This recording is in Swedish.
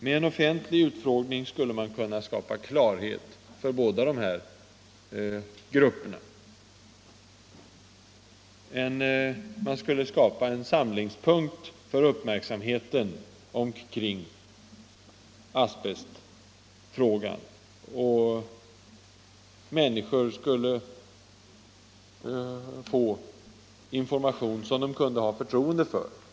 Med en offentlig utfrågning skulle man kunna skapa klarhet för båda de här grupperna. Man skulle skapa en samlingspunkt för uppmärksamheten omkring asbestfrågan, och människor skulle få information som de kunde ha förtroende för.